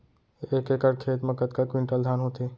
एक एकड़ खेत मा कतका क्विंटल धान होथे?